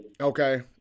Okay